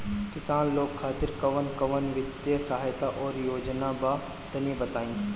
किसान लोग खातिर कवन कवन वित्तीय सहायता और योजना बा तनि बताई?